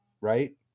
Right